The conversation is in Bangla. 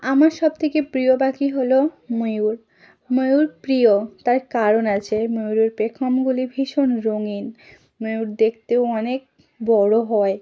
আমার সবথেকে প্রিয় পাখি হলো ময়ূর ময়ূর প্রিয় তার কারণ আছে ময়ূরের পেখমগুলি ভীষণ রঙিন ময়ূর দেখতেও অনেক বড় হয়